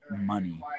money